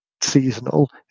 seasonal